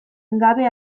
gabe